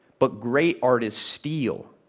but great artists steal.